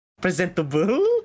presentable